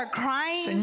crying